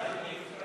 שתקבע